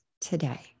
today